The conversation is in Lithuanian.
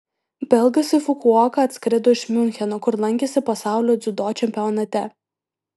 belgas į fukuoką atskrido iš miuncheno kur lankėsi pasaulio dziudo čempionate